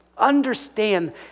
understand